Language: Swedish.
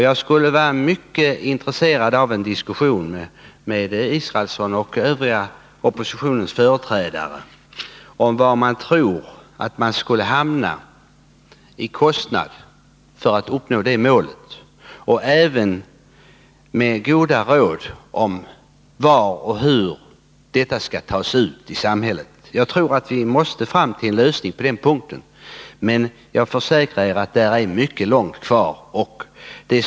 Jag skulle vara mycket intresserad av att höra av Per Israelsson och oppositionens övriga företrädare vilka kostnader de tror att vi måste komma upp i för att uppnå det målet. Jag skulle också vilja få goda råd från dem om var och hur dessa kostnader skall tas ut ur samhället. Jag tror att vi måste fram till en lösning på denna punkt, men jag försäkrar att det är mycket långt kvar.